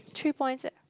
three points eh